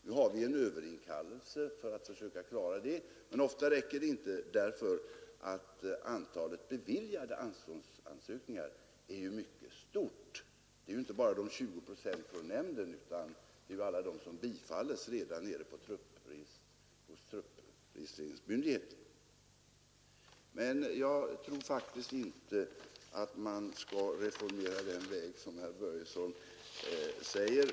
Nu har vi en överinkallelse för att försöka klara detta, men ofta räcker det inte, därför att antalet beviljade anståndsansökningar är mycket stort. Det är inte bara de 20 procenten från värnpliktsnämnden utan även alla de som bifalles nere hos truppregistreringsmyndigheten. Men jag tror faktiskt inte att man skall resonera efter den linje som herr Börjesson följer.